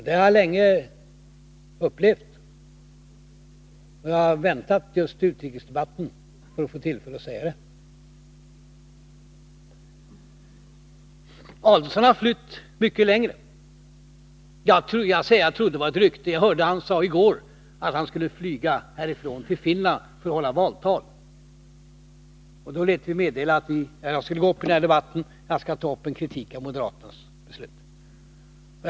Det har jag länge upplevt, men jag har väntat just till den här utrikesdebatten för att få tillfälle att säga det. Ulf Adelsohn har flytt mycket längre bort. Jag trodde det var ett rykte, men så hörde jag honom säga i går att han skulle flyga till Finland för att hålla valtal. Jag lät då meddela att jag i denna debatt skulle framföra kritik mot moderaternas agerande.